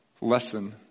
lesson